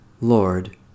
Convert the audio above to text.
Lord